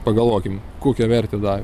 pagalvokime kokią vertę davė